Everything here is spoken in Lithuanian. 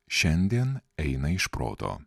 šiandien eina iš proto